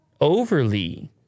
overly